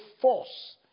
force